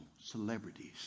celebrities